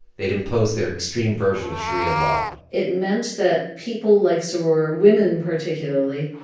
they'd imposed their extreme version of sharia law it meant that people like sroor, women particularly,